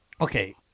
okay